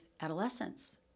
adolescents